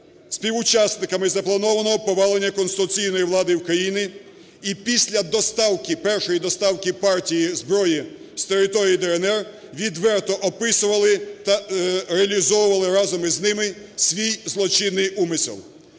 співучасниками запланованого повалення конституційної влади в Україні. І після доставки, першої доставки партії зброї з території ДНР відверто описували та реалізовували разом із ними свій злочинний умисел.